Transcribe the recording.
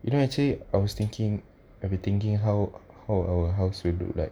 you know actually I was thinking I've been thinking how how our house will look like